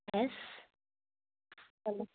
S சொல்லுங்கள்